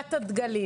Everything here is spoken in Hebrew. צעדת הדגלים